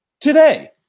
today